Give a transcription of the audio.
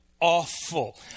awful